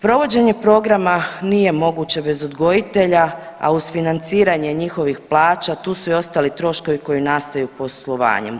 Provođenje programa nije moguće bez odgojitelja, a uz financiranje njihovih plaća tu su i ostali troškovi koji nastaju poslovanjem.